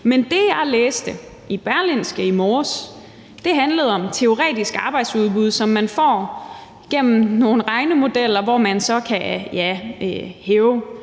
Men det, jeg læste i Berlingske i morges, handlede om teoretisk arbejdsudbud, som man kommer frem til gennem nogle regnemodeller, hvor man så kan hæve